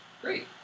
Great